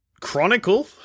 Chronicle